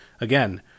Again